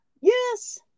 Yes